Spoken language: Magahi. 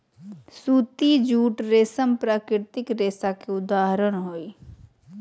सूती, जूट, रेशम प्राकृतिक रेशा के उदाहरण हय